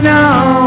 now